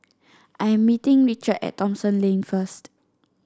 I am meeting Richard at Thomson Lane first